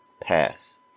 pass